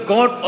God